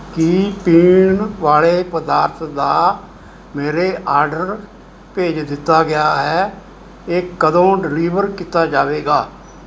ਕੀ ਪੀਣ ਵਾਲੇ ਪਦਾਰਥ ਦਾ ਮੇਰੇ ਆਰਡਰ ਭੇਜ ਦਿੱਤਾ ਗਿਆ ਹੈ ਇਹ ਕਦੋਂ ਡਿਲੀਵਰ ਕੀਤਾ ਜਾਵੇਗਾ